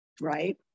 right